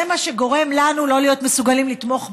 זה מה שגורם לנו לא להיות מסוגלים לתמוך בחוק,